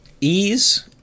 Ease